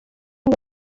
ngo